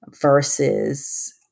versus